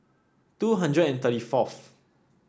two hundred and thirty forth